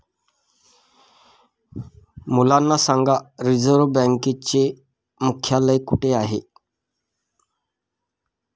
मुलांना सांगा रिझर्व्ह बँकेचे मुख्यालय कुठे आहे